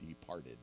departed